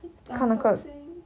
eh tan tock seng